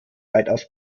weitaus